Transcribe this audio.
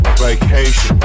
vacation